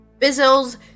Bizzles